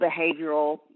behavioral